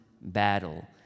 battle